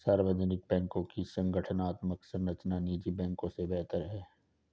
सार्वजनिक बैंकों की संगठनात्मक संरचना निजी बैंकों से बेहतर है